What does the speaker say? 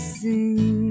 sing